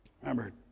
Remember